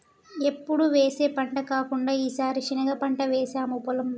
ఎప్పుడు వేసే పంట కాకుండా ఈసారి శనగ పంట వేసాము పొలంలో